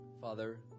Father